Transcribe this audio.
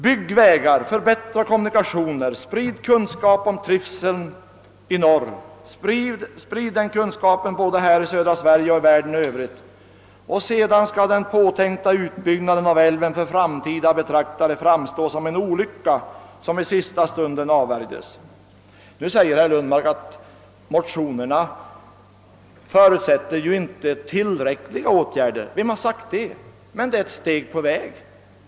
Bygg vägar, förbättra kommunikationerna, spri kunskap om trivseln i norr! Sprid denna kunskap i övriga delen av Sverige och i världen. Då kommer den påtänkta utbyggnaden av Vindelälven för framtida betraktare att framstå som en olycka som avvärjdes i sista stund. Herr Lundmark säger visserligen att motionerna inte förutsätter åtgärder som är tillräckliga. Vem har sagt det? Men det är ett steg på vägen.